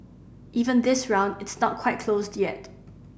even this round it's not quite closed yet